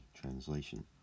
translation